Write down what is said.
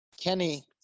Kenny